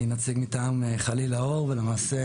אני נציג מטעם ׳חליל האור׳ ולמעשה